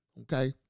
okay